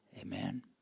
Amen